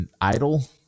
idle